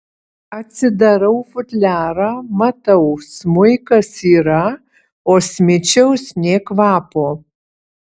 atsidarau futliarą matau smuikas yra o smičiaus nė kvapo